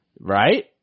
Right